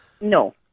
No